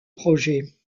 projet